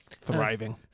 thriving